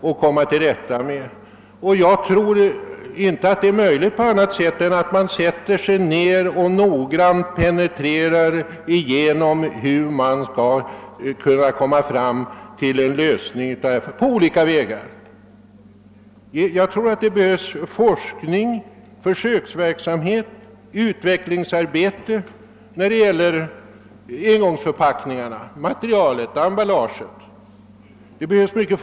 Jag tror inte att det är möjligt att komma till rätta med det på annat sätt än genom att man sätter sig ner och noga penetrerar, hur man på olika vägar skall kunna åstadkomma en lösning. Det behövs forskning, försöksverksamhet och utvecklingsarbete när det gäller engångsförpackningarna och förpackningsmaterial över huvud taget.